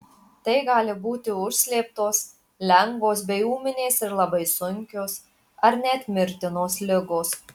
tai gali būti užslėptos lengvos bei ūminės ir labai sunkios ar net mirtinos ligos